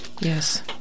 Yes